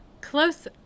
close